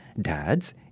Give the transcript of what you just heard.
Dads